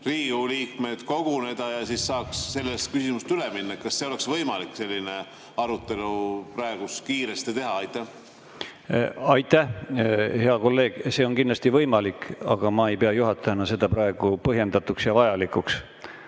liikmed, koguneda ja siis saaks sellest küsimustest üle minna? Kas oleks võimalik selline arutelu praegu kiiresti teha? Aitäh, hea kolleeg! See on kindlasti võimalik, aga ma ei pea juhatajana seda praegu põhjendatuks ja vajalikuks.